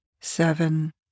seven